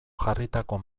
jarritako